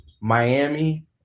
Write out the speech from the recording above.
Miami